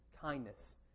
kindness